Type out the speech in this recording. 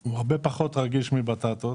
שהוא הרבה פחות רגיש מבטטות.